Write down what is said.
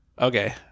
Okay